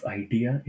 idea